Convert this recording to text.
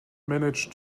manage